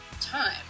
time